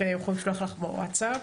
יכולים לשלוח לך בווטסאפ,